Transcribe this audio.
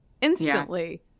instantly